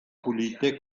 pulite